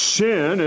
sin